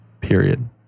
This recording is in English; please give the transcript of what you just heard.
Period